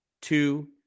Two